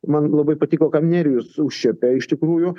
man labai patiko ką nerijus užčiuopė iš tikrųjų